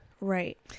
Right